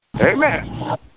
Amen